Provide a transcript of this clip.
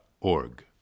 org